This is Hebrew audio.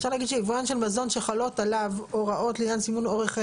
אפשר להגיד שיבואן של מזון שחלות עליו הוראות לעניין סימון אורך חיי